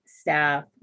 staff